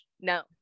no